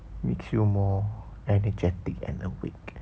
will feel more energetic and awake